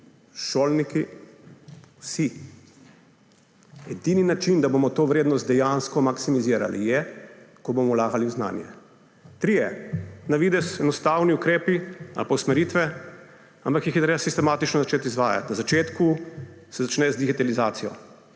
šolniki, vsi. Edini način, da bomo to vrednost dejansko maksimizirali, je, ko bomo vlagali v znanje. Trije na videz enostavni ukrepi ali usmeritve, ampak jih je treba sistematično začeti izvajati. Na začetku se začne z digitalizacijo,